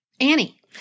Annie